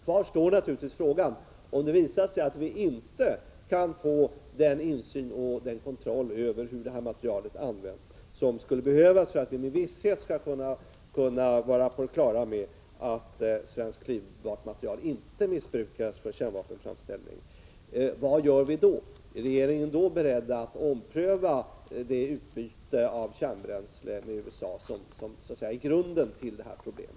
Kvar står naturligtvis frågan: Vad gör vi om det visar sig att vi inte kan få den insyn i och den kontroll över hur det här materialet används som skulle behövas för att vi med visshet skall veta att svenskt klyvbart material inte missbrukas för kärnvapenframställning? Är regeringen i så fall beredd att ompröva det utbyte av kärnbränsle med USA som så att säga är grunden till det här problemet?